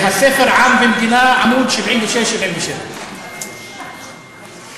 מהספר "עם ומדינה", עמודים 76 77. יפה.